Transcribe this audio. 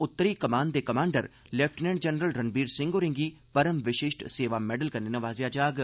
उत्तरी कमान दे commander lieutenant general Ranbir Singh होरेंगी परम विशिश्ट सेवा मैडल कन्नै नवाज़ेआ जाग